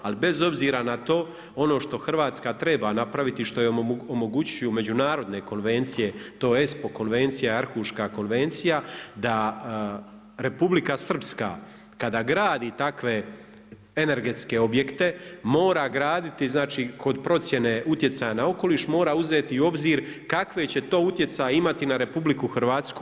Ali bez obzira na to, ono što Hrvatska treba napraviti i što joj omogućuju međunarodne konvencije, to ESPO konvencija i Arhuška konvencija, da Republika Srpska kada gradi takve energetske objekte mora graditi, znači kod procjene utjecaja na okoliš mora uzeti u obzir kakve će to utjecaje imati na Republiku Hrvatsku.